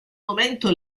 momento